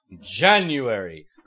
January